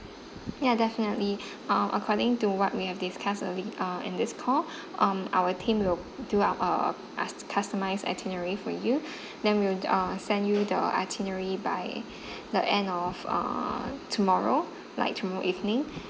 ya definitely um according to what we have discussed earlier in this call um our team will do up a ask customised itinerary for you then we'll uh send you the itinerary by the end of uh tomorrow like tomorrow evening